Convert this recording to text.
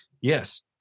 Yes